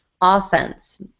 offense